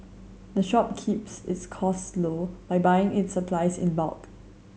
the shop keeps its costs low by buying its supplies in bulk